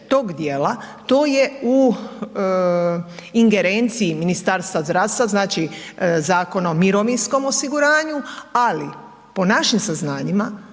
tog dijela, to je u ingerenciji Ministarstva zdravstva, znači Zakon o mirovinskom osiguranju, ali po našim saznanjima